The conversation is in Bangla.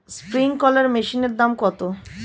স্প্রিংকলার মেশিনের দাম কত?